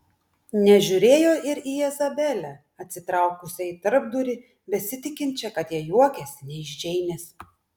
nežiūrėjo ir į izabelę atsitraukusią į tarpdurį besitikinčią kad jie juokiasi ne iš džeinės